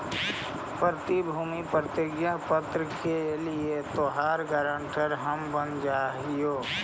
प्रतिभूति प्रतिज्ञा पत्र के लिए तोहार गारंटर हम बन जा हियो